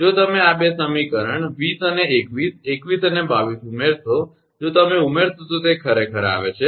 જો તમે આ 2 સમીકરણ 20 અને 21 21 અને 22 ઉમેરશો જો તમે ઉમેરશો તો તે ખરેખર આવે છે